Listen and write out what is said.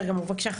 בבקשה,